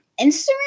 Instagram